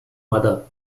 mother